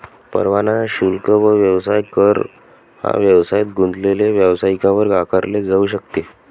परवाना शुल्क व व्यवसाय कर हा व्यवसायात गुंतलेले व्यावसायिकांवर आकारले जाऊ शकते